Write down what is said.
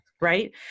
right